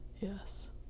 yes